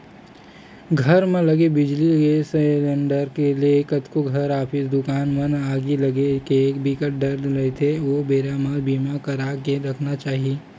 घर म लगे बिजली, गेस सिलेंडर ले कतको घर, ऑफिस, दुकान मन म आगी लगे के बिकट डर रहिथे ओ बेरा बर बीमा करा के रखना चाही